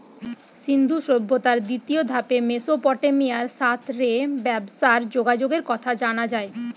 সিন্ধু সভ্যতার দ্বিতীয় ধাপে মেসোপটেমিয়ার সাথ রে ব্যবসার যোগাযোগের কথা জানা যায়